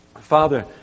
Father